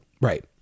Right